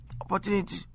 opportunity